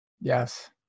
yes